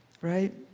Right